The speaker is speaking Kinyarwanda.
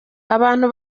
abantu